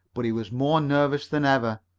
but he was more nervous than ever.